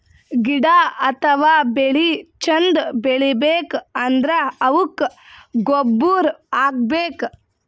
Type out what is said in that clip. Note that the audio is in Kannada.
ಗಿಡ ಅಥವಾ ಬೆಳಿ ಚಂದ್ ಬೆಳಿಬೇಕ್ ಅಂದ್ರ ಅವುಕ್ಕ್ ಗೊಬ್ಬುರ್ ಹಾಕ್ಬೇಕ್